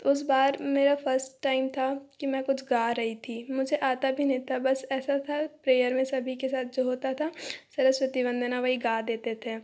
उस बार मेरा फर्स्ट टाइम था कि मैं कुछ गा रही थी मुझे आता भी नहीं था बस ऐसा था प्रेयर में सभी के साथ जो होता था सरस्वती वंदना वही गा देते थे